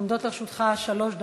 עומדות לרשותך שלוש דקות.